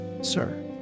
sir